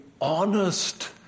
honest